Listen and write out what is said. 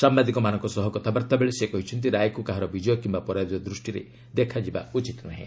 ସାମ୍ବାଦିକମାନଙ୍କ ସହ କଥାବାର୍ତ୍ତା ବେଳେ ସେ କହିଛନ୍ତି ରାୟକୁ କାହାର ବିଜୟ କିମ୍ବା ପରାଜୟ ଦୃଷ୍ଟିରେ ଦେଖାଯିବା ଉଚିତ୍ ନୁହେଁ